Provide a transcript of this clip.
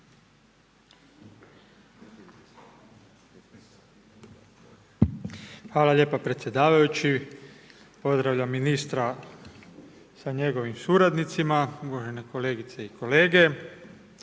Hvala lijepa predsjedavajući. Pozdravljam ministra sa njegovim suradnicima, uvažene kolegice i kolege.